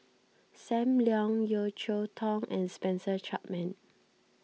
Sam Leong Yeo Cheow Tong and Spencer Chapman